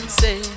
say